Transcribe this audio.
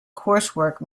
coursework